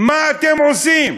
מה אתם עושים?